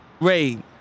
Ray